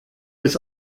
ist